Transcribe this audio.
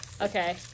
Okay